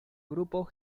grupo